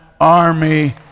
army